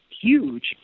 huge